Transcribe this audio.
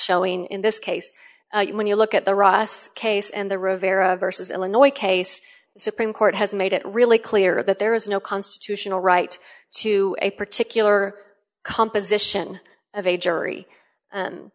showing in this case when you look at the ross case and the rivera versus illinois case supreme court has made it really clear that there is no constitutional right to a particular composition of a